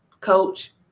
coach